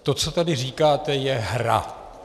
To, co tady říkáte, je hra.